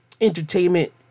entertainment